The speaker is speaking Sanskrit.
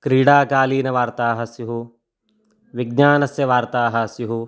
क्रीडाकालीनवार्ताः स्युः विज्ञानस्य वार्ताः स्युः